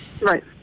Right